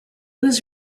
was